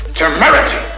temerity